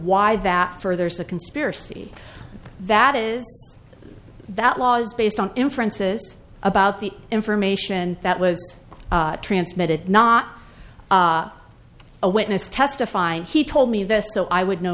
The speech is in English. why that furthers the conspiracy that is that laws based on inferences about the information that was transmitted not a witness testify he told me this so i would know